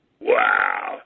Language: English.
Wow